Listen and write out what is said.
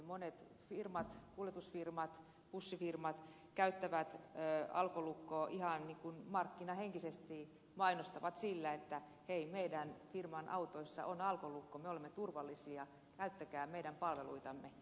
monet kuljetusfirmat ja bussifirmat käyttävät alkolukkoa ihan markkinahenkisesti mainostavat sillä että hei meidän firman autoissa on alkolukko me olemme turvallisia käyttäkää meidän palveluitamme